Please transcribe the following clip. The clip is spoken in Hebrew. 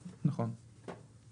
נכון.